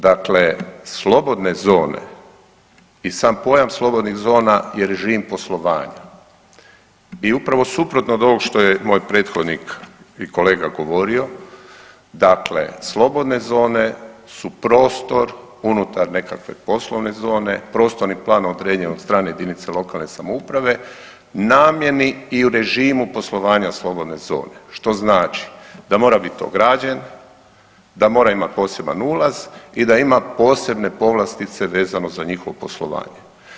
Dakle, slobodne zone i sam pojam slobodnih zona je režim poslovanja i upravo suprotno od ovog što je moj prethodnik i kolega govorio, dakle, slobodne zone su prostor unutar nekakve poslovne zone, prostorni plan ... od strane jedinice lokalne samouprave, namjeni i u režimu poslovanja slobodne zone, što znači da mora biti ograđen, da mora imati poseban ulaz i da ima posebne povlastice vezano za njihovo poslovanje.